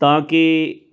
ਤਾਂ ਕਿ